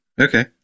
Okay